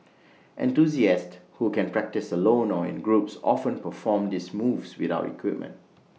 enthusiasts who can practise alone or in groups often perform these moves without equipment